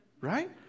right